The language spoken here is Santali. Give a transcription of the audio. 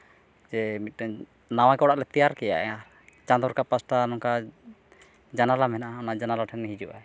ᱡᱮ ᱢᱤᱫᱴᱟᱝ ᱱᱟᱣᱟ ᱜᱮ ᱚᱲᱟᱜ ᱞᱮ ᱛᱮᱭᱟᱨ ᱠᱮᱫᱼᱟ ᱪᱟᱸᱫᱚ ᱨᱟᱠᱟᱵ ᱯᱟᱥᱴᱟ ᱱᱚᱝᱠᱟ ᱡᱟᱱᱟᱞᱟ ᱢᱮᱱᱟᱜᱼᱟ ᱚᱱᱟ ᱡᱟᱱᱟᱞᱟ ᱴᱷᱮᱱᱮ ᱦᱤᱡᱩᱜᱼᱟ